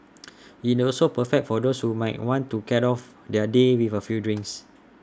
IT also perfect for those who might want to cat off their day with A few drinks